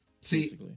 See